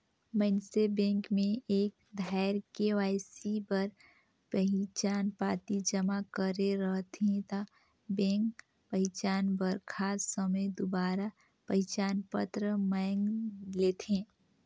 मइनसे बेंक में एक धाएर के.वाई.सी बर पहिचान पाती जमा करे रहथे ता बेंक पहिचान बर खास समें दुबारा पहिचान पत्र मांएग लेथे